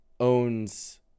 owns